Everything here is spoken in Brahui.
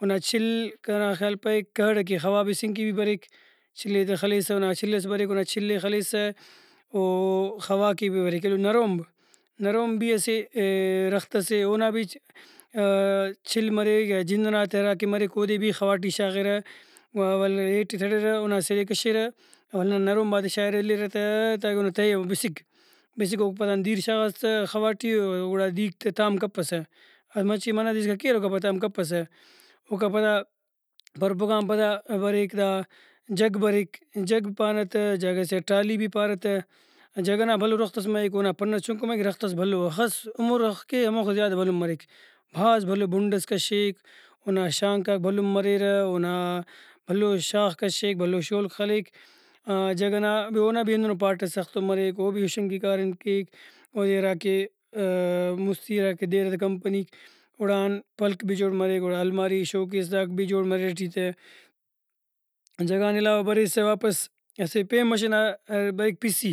اونا چھل کنا خیال پائے کھڑ کہ خوا بسنگ کہ بھی بریک چھل ئے تہ خلیسہ اونا چھل ئس بریک اونا چھل ئے خلیسہ او خوا کہ بھی بریک ایلو نرومب نرومب بھی اسہ رخت سے اونا بھی چھل مریک یا جند ئنا تہ ہراکہ مریک اودے بھی خوا ٹی شاغرہ و ولدا ہیٹ ئے تڑرہ اونا سل ئے کشرہ ہندا نرومباتے شاغرہ اِلرہ تہ تاکہ او نا تہہ او بسک بسک اوکا پدان دیر شاغا س تہ خوا ٹی گڑا دیرک تہ تام کپسہ مچہ منہ دے اسکا کیرہ اوکا پد تام کپسہ اوکا پدا پرپک آن پدا بریک دا جھگ بریک جھگ پانہ تہ جاگہ سے آ ٹالی بھی پارہ تہ جھگ ئنا بھلو رخت ئس مریک اونا پن ئس چنکو مریک رخت ئس بھلو اخس عمر کے ہموخہ زیادہ بھلن مریک بھاز بھلو بُھنڈس کشیک اونا شانکاک بھلن مریرہ اونا بھلو شاخ کشیک بھلو شولک خلیک جھگ نا اونا بھی ہندنو پاٹ ئس سختو مریک او بھی ہُشنگ کہ کاریم کیک اودے ہراکہ مُستی ہراکہ دیرہ تہ کمپنیک اوڑان پلک بھی جوڑ مریک اوڑان الماری شوکیس داک بھی جوڑ مریرہ ٹی تہ جھگ آن علاوہ بریسہ واپس اسہ پین مش ئنا ہرا بریک پِسی